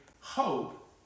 hope